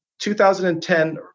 2010